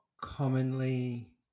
commonly